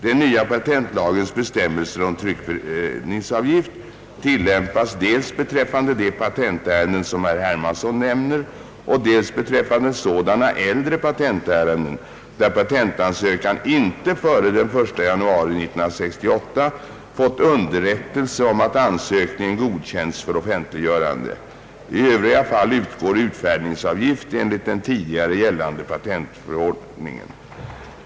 Den nya patentlagens bestämmelser om tryckningsavgift tillämpas dels beträffande de patentärenden som herr Hermansson nämner och dels beträffande sådana äldre patentärenden, där patentsökanden inte före den 1 januari 1968 fått underrättelse om att ansökningen godkänts för offentliggörande. I övriga fall utgår utfärdningsavgift enligt den tidigare gällande patentförordningen.